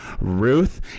Ruth